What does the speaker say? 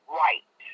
right